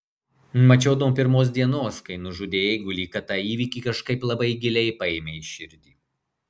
mačiau nuo pirmos dienos kai nužudė eigulį kad tą įvykį kažkaip labai giliai paėmei į širdį